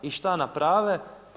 I šta naprave?